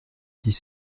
dix